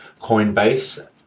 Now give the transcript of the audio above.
Coinbase